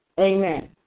Amen